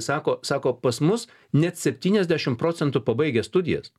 sako sako pas mus net septyniasdešim procentų pabaigę studijas